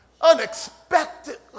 unexpectedly